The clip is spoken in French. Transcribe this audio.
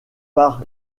par